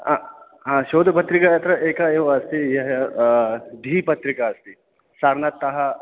ह ह शोधपत्रिका अत्र एका एव अस्ति धीपत्रिका अस्ति सारनाथतः